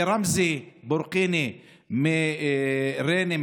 ורמזי ברקיני מריינה,